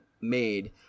Made